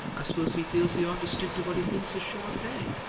i suppose he feels he ought to stick to what he thinks is sure pay.